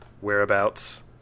whereabouts